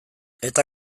eta